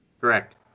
Correct